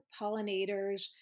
pollinators